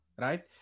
right